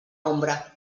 ombra